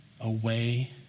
away